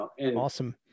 Awesome